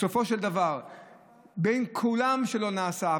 בסופו של דבר אצל כולם לא נעשה,